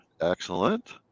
excellent